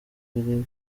birimo